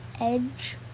edge